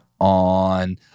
on